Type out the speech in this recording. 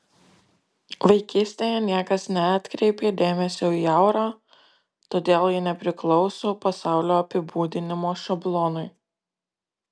vaikystėje niekas neatkreipė dėmesio į aurą todėl ji nepriklauso pasaulio apibūdinimo šablonui